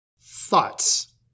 thoughts